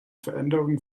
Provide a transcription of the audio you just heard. veränderungen